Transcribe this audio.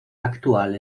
actual